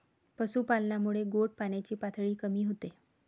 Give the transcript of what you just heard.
पशुपालनामुळे गोड पाण्याची पातळी कमी होते